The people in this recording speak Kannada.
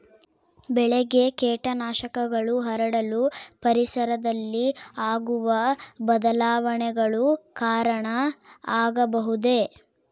ಬೆಳೆಗೆ ಕೇಟನಾಶಕಗಳು ಹರಡಲು ಪರಿಸರದಲ್ಲಿ ಆಗುವ ಬದಲಾವಣೆಗಳು ಕಾರಣ ಆಗಬಹುದೇ?